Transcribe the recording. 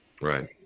right